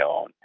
own